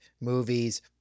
movies